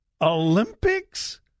Olympics